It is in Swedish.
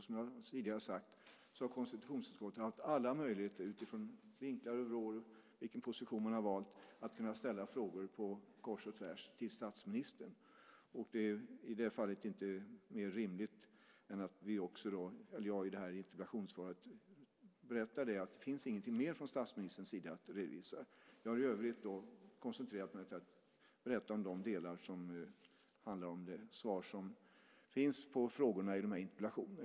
Som jag tidigare har sagt har konstitutionsutskottet haft alla möjligheter, utifrån olika vinklar och vrår beroende på vilken position man har valt, att ställa frågor kors och tvärs till statsministern. Det är i det fallet inte mer än rimligt att jag i det här interpellationssvaret berättar att det inte finns mer från statsministerns sida att redovisa. Jag har i övrigt koncentrerat mig till att berätta om de delar som handlar om de svar som finns på frågorna i de här interpellationerna.